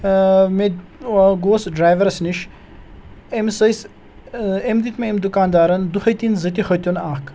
مےٚ گوٚو ڈرٛایوَرَس نِش أمِس ٲسۍ أمۍ دِتۍ مےٚ أمۍ دُکاندارَن دُہٲتیٖن زٕ تہِ ۂتیُن اَکھ